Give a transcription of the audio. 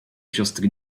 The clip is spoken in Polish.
siostry